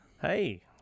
Hey